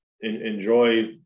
enjoy